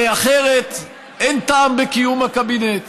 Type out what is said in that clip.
הרי אחרת אין טעם בקיום הקבינט.